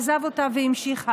עזב אותה והמשיך הלאה.